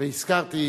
והזכרתי,